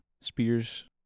Spears